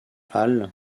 halles